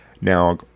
Now